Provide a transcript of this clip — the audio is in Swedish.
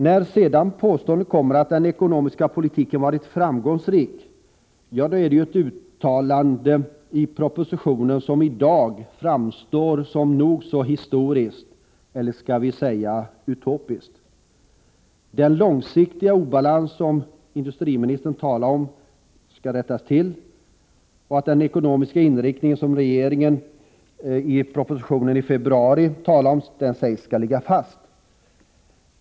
När påståendet sedan kommer att den ekonomiska politiken har varit framgångsrik, så är det ett uttalande i propositionen som i dag framstår som nog så historiskt eller — skall vi säga — utopiskt. Industriministern säger att den långsiktiga obalansen skall rättas till och att den ekonomiska inriktning som regeringen talade om i propositionen i februari skall ligga fast.